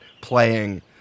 playing